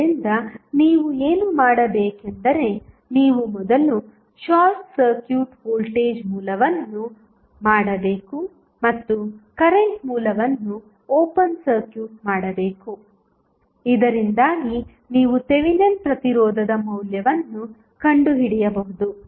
ಆದ್ದರಿಂದ ನೀವು ಏನು ಮಾಡಬೇಕೆಂದರೆ ನೀವು ಮೊದಲು ಶಾರ್ಟ್ ಸರ್ಕ್ಯೂಟ್ ವೋಲ್ಟೇಜ್ ಮೂಲವನ್ನು ಮಾಡಬೇಕು ಮತ್ತು ಕರೆಂಟ್ ಮೂಲವನ್ನು ಓಪನ್ ಸರ್ಕ್ಯೂಟ್ ಮಾಡಬೇಕು ಇದರಿಂದಾಗಿ ನೀವು ಥೆವೆನಿನ್ ಪ್ರತಿರೋಧದ ಮೌಲ್ಯವನ್ನು ಕಂಡುಹಿಡಿಯಬಹುದು